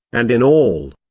and in all.